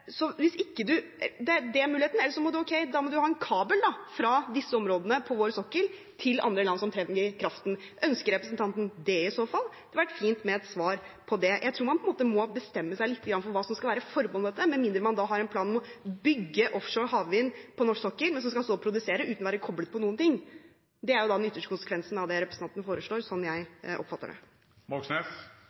Det er en mulighet, eller så må man ha en kabel fra disse områdene på vår sokkel til andre land som trenger kraften. Ønsker representanten i så fall det? Det hadde vært fint med et svar på det. Jeg tror man må bestemme seg lite grann for hva som skal være formålet med dette, med mindre man da har en plan om å bygge offshore havvind på norsk sokkel, men som man så skal produsere uten å være koblet på noen ting. Det er den ytterste konsekvensen av det representanten foreslår, slik jeg oppfatter